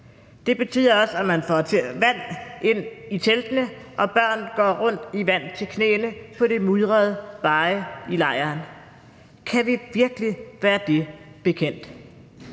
Det betyder også, at man får vand ind i teltene, og børn går rundt i vand til knæene på de mudrede veje i lejren. Kan vi virkelig være det bekendt?